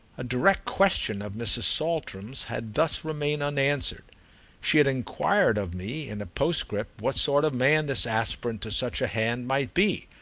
a direct question of mrs. saltram's had thus remained unanswered she had enquired of me in a postscript what sort of man this aspirant to such a hand might be.